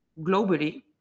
globally